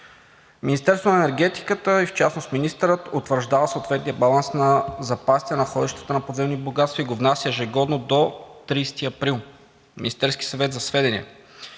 Министерството на енергетиката и в частност министърът утвърждава съответния баланс на запасите, находищата на подземни богатства и го внася ежегодно до 30 април в Министерския съвет за сведение.